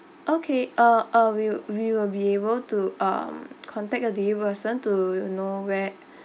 okay uh uh we we will be able to um contact the delivery person to know where